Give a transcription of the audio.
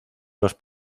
los